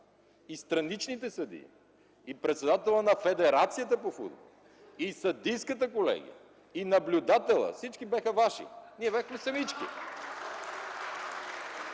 и страничните съдии, и председателят на федерацията по футбол, и съдийската колегия, и наблюдателят, всички ваши. Ние бяхме самички.